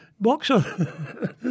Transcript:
boxer